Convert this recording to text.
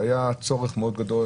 זה היה צורך מאוד גדול,